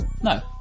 No